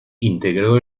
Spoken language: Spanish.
integró